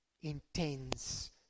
intense